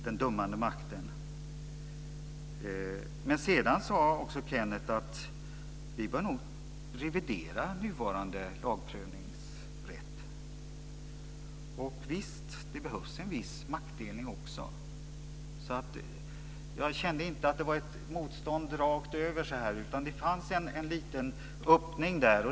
Sedan sade Kenneth Kvist också att vi bör revidera nuvarande lagprövningsrätt. Visst behövs en viss maktdelning. Jag kände att det inte var ett motstånd rakt över. Det fanns en liten öppning.